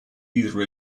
either